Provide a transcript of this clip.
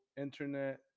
Internet